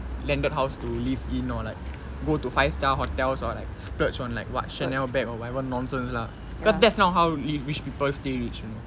landed house to live in or like go to five star hotels or it's splurge on like what channel bag or whatever nonsense lah because there's not how rich people stay rich man